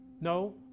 No